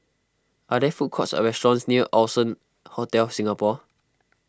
are there food courts or restaurants near Allson Hotel Singapore